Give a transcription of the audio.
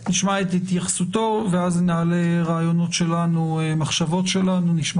ואז נעלה רעיונות ומחשבות שלנו ונשמע